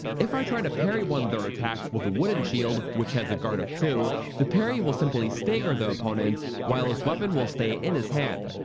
if i try to parry one of their attacks with a wooden shield, which has a guard of two, the parry will simply stager the opponent, while his weapon will stay in his hand.